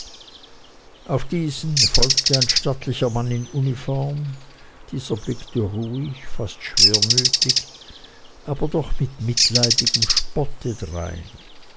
auf diesen folgte ein stattlicher mann in uniform dieser blickte ruhig fast schwermütig aber doch mit mitleidigem spotte drein